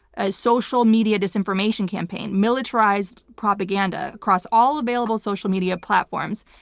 a social media disinformation campaign, militarized propaganda across all available social media platforms,